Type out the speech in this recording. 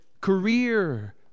career